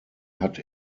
hat